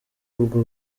ubwo